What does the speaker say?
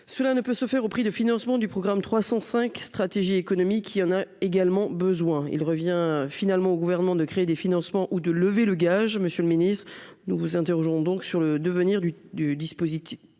cela ne peut se faire au prix de financement du programme 305 Stratégie économique, il en a également besoin il revient finalement au gouvernement de créer des financements ou de lever le gage, Monsieur le Ministre, nous vous interrogerons donc sur le devenir du du dispositif